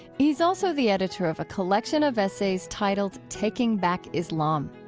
he's also the editor of a collection of essays titled taking back islam.